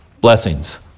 Blessings